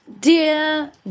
Dear